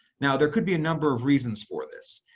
now there could be a number of reasons for this.